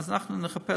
אז אנחנו נחפש